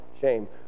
shame